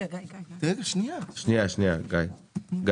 אנחנו